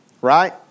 Right